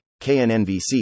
KNNVC